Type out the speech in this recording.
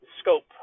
scope